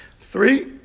Three